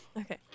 Okay